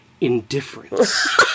Indifference